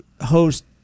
host